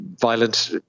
violent